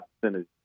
percentage